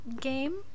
game